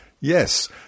Yes